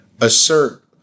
assert